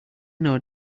know